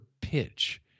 pitch